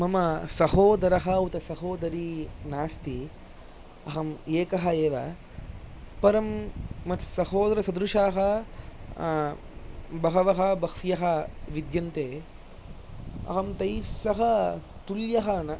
मम सहोदरः उत सहोदरी नास्ति अहम् एकः एव परं मत्सहोदरसदृशाः बहवः बह्वयः विद्यन्ते अहं तैस्सह तुल्यः न